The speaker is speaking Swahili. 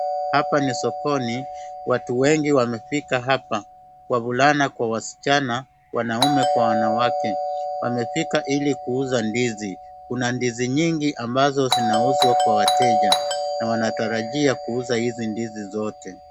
Hapa ni sokoni watu wengi wamefika hapa wavulana kwa wasichna, wanaume kwa wanawake. Wamefika ili kuuza ndizi. Kuna ndizi nyingi ambazo zinauzwa kwa wateja na wanatarajia kuuza hizi ndizi zote.